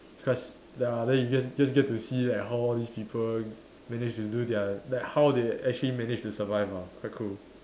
cause ya then you just just get to see like how all these people managed to do their like how they actually managed to survive ah quite cool